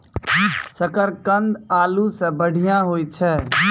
शकरकंद आलू सें बढ़िया होय छै